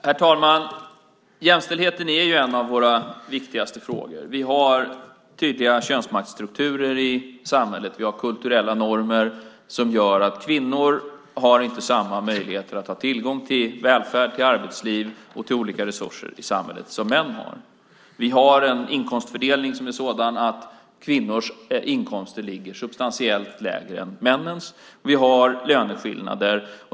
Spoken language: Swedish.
Herr talman! Jämställdheten är en av våra viktigaste frågor. Vi har tydliga könsmaktsstrukturer i samhället. Vi har kulturella normer som gör att kvinnor inte har samma möjligheter att ha tillgång till välfärd, arbetsliv och olika resurser i samhället som män har. Vi har en inkomstfördelning som är sådan att kvinnors inkomster ligger substantiellt lägre än männens. Vi har löneskillnader.